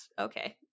okay